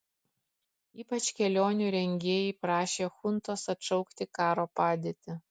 ypač kelionių rengėjai prašė chuntos atšaukti karo padėtį